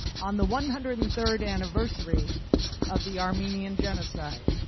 on the one hundred and third anniversary of the armenian genocide,